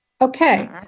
Okay